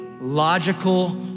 logical